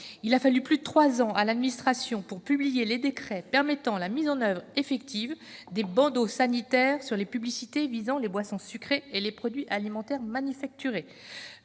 Il a fallu plus de trois ans à l'administration pour publier les décrets permettant la mise en oeuvre effective des bandeaux sanitaires sur les publicités visant les boissons sucrées et les produits alimentaires manufacturés.